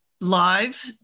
live